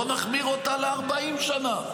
בוא נחמיר אותה ל-40 שנה.